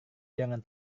jangan